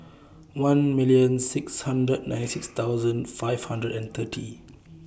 one million six hundred ninety six thousand five hundred and thirty